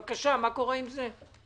בבקשה, מה קורה עם זה?